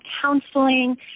counseling